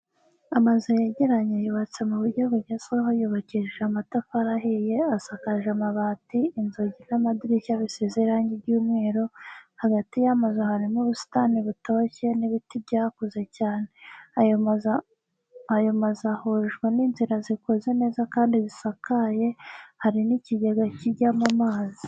Amazu yegeranye yubatse mu buryo bugezweho yubakishije amatafari ahiye, asakaje amabati, inzugi n'amadirishya bisize irangi ry'umweru, hagati y'amazu harimo ubusitani butoshye n'ibiti byakuze cyane, ayo mazu ahujwe n'inzira zikoze neza kandi zisakaye, hari n'ikigega kijyamo amazi.